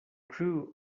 crew